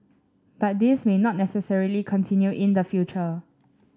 but this may not necessarily continue in the future